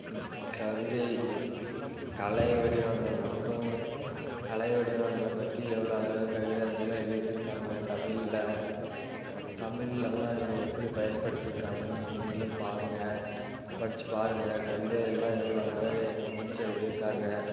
கவிதை கலை வடிவங்கள் மட்டும் கலை வடிவங்களை பற்றி எவ்வளோ அழகாக கவிஞர்கள்லாம் எழுதியிருக்காங்க தமிழில் தமிழிலலாம் எப்படி பயன்படுத்தியிருக்காங்கனு நீங்களே பாருங்கள் படித்து பாருங்க கவிதையெல்லாம் எவ்வளோ அழகாக வர்ணித்து எழுதியிருக்காங்க